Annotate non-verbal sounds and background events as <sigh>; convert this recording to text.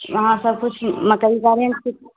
वहाँ सबकुछ <unintelligible>